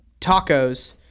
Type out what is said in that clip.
tacos